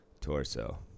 torso